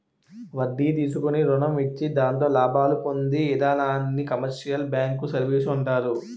వడ్డీ తీసుకుని రుణం ఇచ్చి దాంతో లాభాలు పొందు ఇధానాన్ని కమర్షియల్ బ్యాంకు సర్వీసు అంటారు